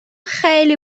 خیلی